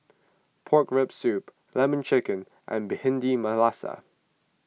Pork Rib Soup Lemon Chicken and Bhindi Masala